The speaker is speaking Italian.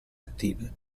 attive